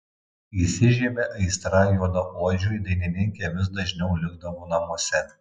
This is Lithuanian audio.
įsižiebė aistra juodaodžiui dainininkė vis dažniau likdavo namuose